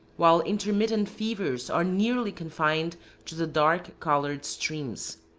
while intermittent fevers are nearly confined to the dark-colored streams.